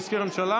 מזכיר הממשלה